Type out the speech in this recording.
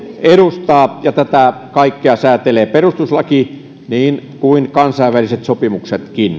edustaa ja tätä kaikkea säätelee perustuslaki niin kuin kansainväliset sopimuksetkin